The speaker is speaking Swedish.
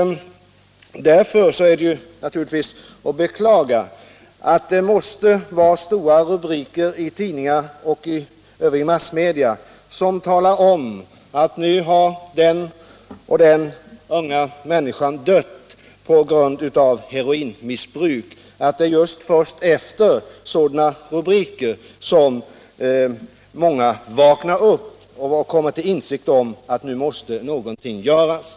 Därför är det naturligtvis att beklaga att det är först efter stora rubriker i tidningar och övriga massmedia, som talar om att nu har den och den unga människan dött på grund av heroinmissbruk, som många vaknar upp och kommer till insikt om att nu måste någonting göras.